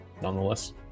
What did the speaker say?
nonetheless